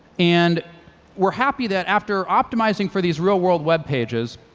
and we're happy that after optimizing for these real world web pages,